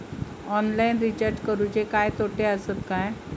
Online recharge करुचे काय तोटे आसत काय?